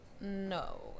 No